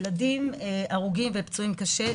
ילדים הרוגים ופצועים קשה,